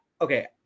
Okay